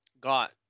got